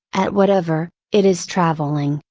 at whatever, it is traveling,